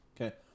Okay